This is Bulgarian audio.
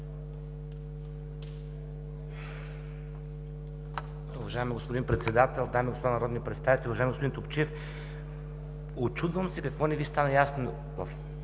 Уважаеми господин Председател, дами и господа народни представители! Уважаеми господин Топчиев, учудвам се какво не Ви стана ясно в